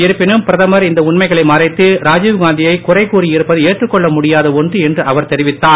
இருப்பினும் பிரதமர் இந்த உண்மைகளை மறைத்து ராஜீவ்காந்தியை குறை கூறி இருப்பது ஏற்றுக் கொள்ள முடியாத ஒன்று என்று அவர் தெரிவித்தார்